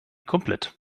komplett